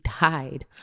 died